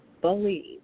believe